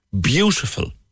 beautiful